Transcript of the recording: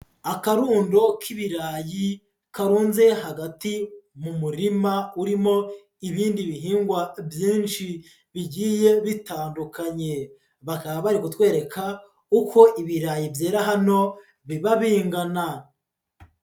Akarundo k'ibirayi karuje hagati mu murima urimo n'ibindi bihingwa byinshi bigiye bitandukanye, bakaba bari kutwereka uko ibirayi byera hano biba bingana.